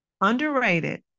underrated